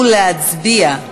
ולהצביע.